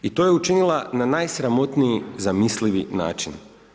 I to je učinila na najsramotniji zamislivi način.